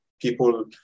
people